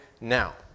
now